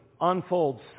unfolds